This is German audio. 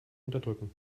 unterdrücken